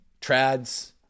trads